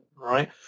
right